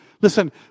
Listen